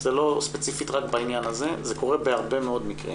זה לא ספציפית רק בעניין הזה אלא זה קורה בהרבה מאוד מקרים.